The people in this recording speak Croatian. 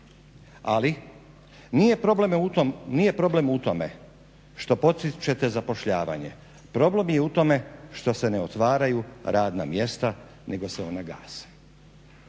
ali nije problem u tome što potičete zapošljavanje, problem je u tome što se ne otvaraju radna mjesta nego se ona gase.